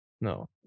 No